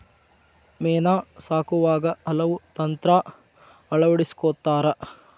ಮೇನಾ ಸಾಕುವಾಗ ಹಲವು ತಂತ್ರಾ ಅಳವಡಸ್ಕೊತಾರ